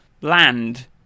land